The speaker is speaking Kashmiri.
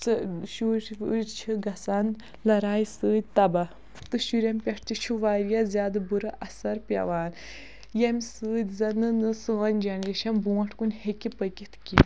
سٔہ شُرۍ چھِ وُرۍ چھِ گژھان لڑایہِ سۭتۍ تباہ تہٕ شُرٮ۪ن پٮ۪ٹھ تہِ چھِ واریاہ زیادٕ بُرٕ اثر پٮ۪وان ییٚمہِ سۭتۍ زَنہٕ نہٕ سٲنۍ جَنریشَن برٛونٛٹھ کُن ہیٚکہِ پٔکِتھ کیٚنہہ